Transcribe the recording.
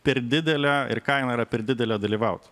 per didelė ir kaina yra per didelė dalyvaut